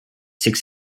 six